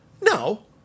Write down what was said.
No